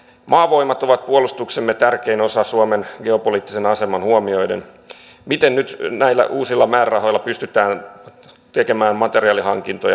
me olemme heränneet siihen että suomalainen nainen joutuu pohjoismaista ja eurooppalaista naista useammin väkivallan tai raiskauksen kohteeksi